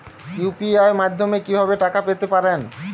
UPI মাধ্যমে কি ভাবে টাকা পেতে পারেন?